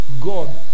God